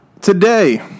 Today